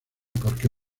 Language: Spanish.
porque